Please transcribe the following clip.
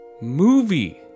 movie